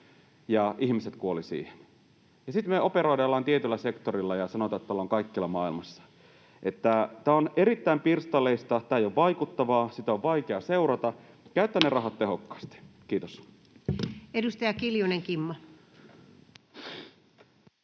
— ihmiset kuolivat siihen, ja sitten me operoidaan jollain tietyllä sektorilla ja sanotaan, että ollaan kaikkialla maailmassa. Tämä on erittäin pirstaleista, tämä ei ole vaikuttavaa, sitä on vaikea seurata. Käytetään ne rahat tehokkaasti. — Kiitos. Edustaja Kiljunen, Kimmo.